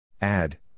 Add